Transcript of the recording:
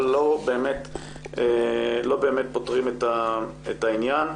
אבל לא באמת פותרים את העניין.